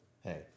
hey